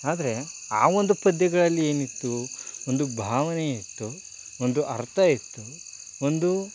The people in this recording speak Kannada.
ಆದರೆ ಆ ಒಂದು ಪದ್ಯಗಳಲ್ಲಿ ಏನಿತ್ತು ಒಂದು ಭಾವನೆ ಇತ್ತು ಒಂದು ಅರ್ಥ ಇತ್ತು ಒಂದು